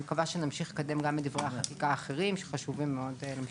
אני מקווה שנמשיך לקדם גם דברי חקיקה אחרים שחשובים מאוד למשטרה.